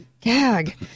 gag